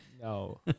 No